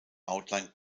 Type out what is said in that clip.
outline